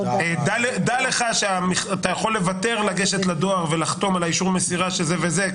דע לך שאתה יכול לוותר מלגשת לדואר ולחתום על אישור מסירה שזה וזה,